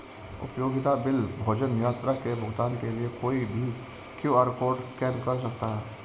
उपयोगिता बिल, भोजन, यात्रा के भुगतान के लिए कोई भी क्यू.आर कोड स्कैन कर सकता है